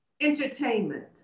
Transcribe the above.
Entertainment